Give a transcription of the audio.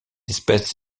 espèce